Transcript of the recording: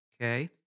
okay